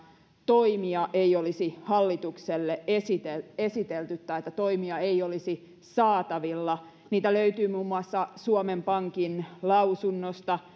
toimia ei olisi hallitukselle esitelty esitelty tai että toimia ei olisi saatavilla niitä löytyy muun muassa suomen pankin lausunnosta